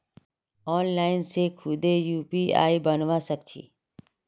online से खुदे UPI बनवा सक छी